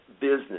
business